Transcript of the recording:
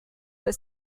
per